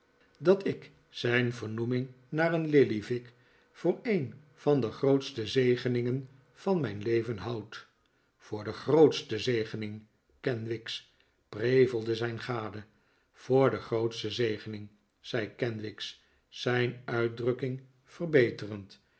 dat ik zijn vernoeming naar een lillyvick voor een van de grootste zegeningen van mijn leven houd voor de grootste zegening kenwigs prevelde zijn gade voor de grootste zegening zei kenwigs zijn uitdrukking verbeterend